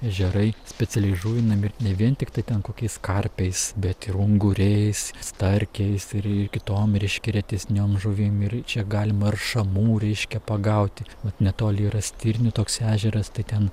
ežerai specialiai įžuvinami ir ne vien tiktai ten kokiais karpiais bet ir unguriais starkiais ir ir kitom reiškia retesniom žuvim ir čia galima ir šamų reiškia pagauti vat netoli yra stirnių toks ežeras tai ten